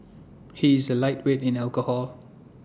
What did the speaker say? he is A lightweight in alcohol